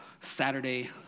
Saturday